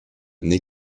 nez